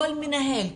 כל מנהל,